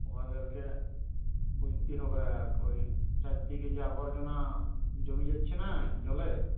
ওদেরকে বলতে হবে ওই চারদিকে যা আবর্জনা জমে যাচ্ছে না জলে